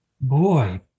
Boy